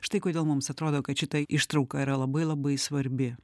štai kodėl mums atrodo kad šita ištrauka yra labai labai svarbi